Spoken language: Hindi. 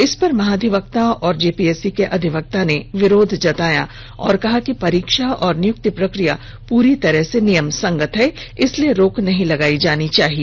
इसपर महाधिवक्ता और जेपीएससी के अधिवक्ता ने विरोध जताया और कहा कि परीक्षा और नियुक्ति प्रक्रिया पूरी तरह से नियम संगत है इसलिए रोक नहीं लगायी जानी चाहिए